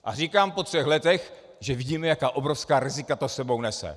A říkám po třech letech, že vidíme, jaká obrovská rizika to s sebou nese.